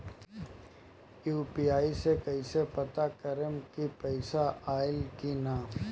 UPI से कईसे पता करेम की पैसा आइल की ना?